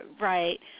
right